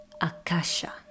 Akasha